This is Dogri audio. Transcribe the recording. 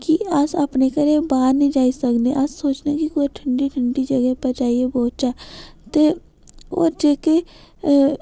कि अस अपने घरै बाह्र नि जाई सकनें अस सोचने कि कुदै ठंडी ठंडी जगह् उप्पर जाइयै बौह्चे ते होर जेह्की